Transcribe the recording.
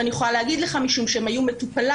ואני יכולה להגיד לך משום שהם היו מטופליי,